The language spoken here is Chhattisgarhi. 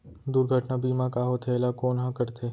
दुर्घटना बीमा का होथे, एला कोन ह करथे?